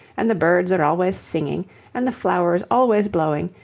and the birds are always singing and the flowers always blowing,